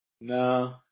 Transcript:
No